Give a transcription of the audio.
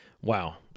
Wow